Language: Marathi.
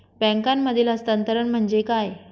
बँकांमधील हस्तांतरण म्हणजे काय?